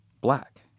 black